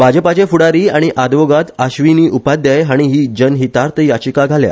भाजपाचे फुडारी आनी आदवोगाद आश्वीनी उपाध्याय हाणी हि जनहितार्त याचिका घाल्या